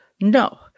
No